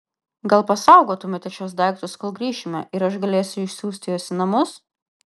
gal pasaugotumėte šiuos daiktus kol grįšime ir aš galėsiu išsiųsti juos į namus